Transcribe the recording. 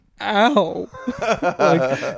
ow